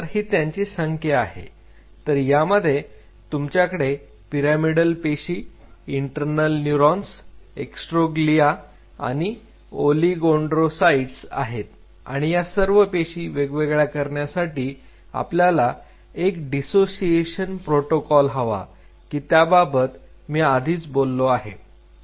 तर ही त्यांची संख्या आहे तर यामध्ये तुमच्याकडे पिरॅमिडल पेशी इंटरनल न्यूरॉन्स एस्ट्रोग्लिया आणि ओलीगोडेंडरोसाईट आहेत आणि या सर्व पेशी वेगळ्या करण्यासाठी आपल्याला एक डीसोसिएशन प्रोटोकॉल हवा की त्याबाबत मी आधीच बोललो होतो